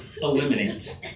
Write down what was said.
eliminate